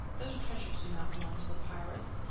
those treasures do not belong to the pirates.